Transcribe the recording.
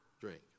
drink